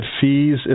fees